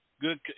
Good